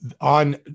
On